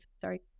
sorry